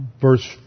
verse